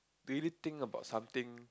really think about something